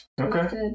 Okay